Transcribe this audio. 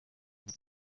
buri